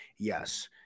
Yes